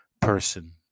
person